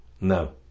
No